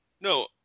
no